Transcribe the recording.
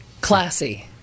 Classy